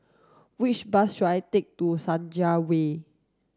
which bus should I take to Senja Way